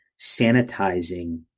sanitizing